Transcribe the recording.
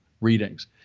readings